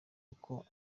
uko